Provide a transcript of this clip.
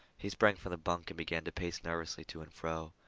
he sprang from the bunk and began to pace nervously to and fro.